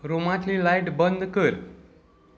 रुमांतली light बंद कर